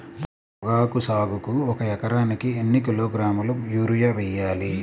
పొగాకు సాగుకు ఒక ఎకరానికి ఎన్ని కిలోగ్రాముల యూరియా వేయాలి?